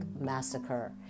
massacre